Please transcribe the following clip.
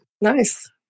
Nice